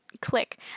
click